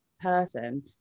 person